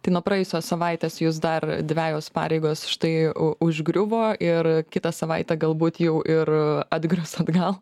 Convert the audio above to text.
tai nuo praėjusios savaitės jus dar dvejos pareigos štai užgriuvo ir kitą savaitę galbūt jau ir atgrius atgal